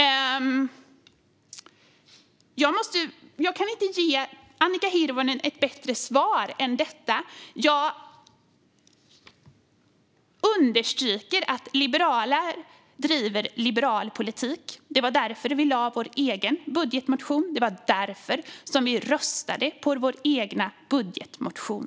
Jag kan inte ge Annika Hirvonen Falk ett bättre svar än detta. Jag vill understryka att liberaler driver liberal politik. Det var därför vi la vår egen budgetmotion. Det var därför som vi röstade på vår egen budgetmotion.